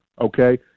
Okay